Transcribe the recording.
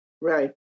Right